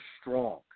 strong